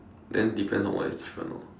then depends on what is different orh